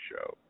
show